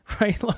right